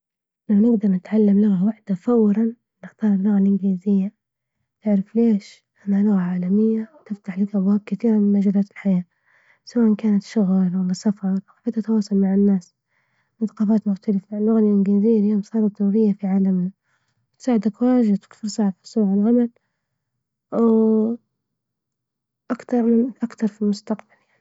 لو نجدرنتعلم لغة وحدة فورا نختار اللغة الانجليزية تعرف ليش؟ لإنها لغة عالمية وتفتح لك أبواب كتير من مجالات الحياة، سواء كانت شغل ولا سفر، أو حتى تواصل مع الناس من ثقافات مختلفة، اللغة الانجليزية اليوم صارت ضرورية في عالمنا، تساعد واجد في الحصول على العمل أكثر من أكثر في المستقبل يعني.